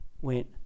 went